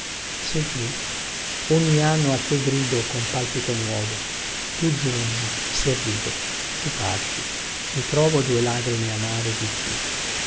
sei tu ogni anno a te grido con palpito nuovo tu giungi sorrido tu parti mi trovo due lagrime amare di più